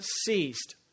ceased